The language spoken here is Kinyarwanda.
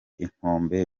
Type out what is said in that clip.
inkombe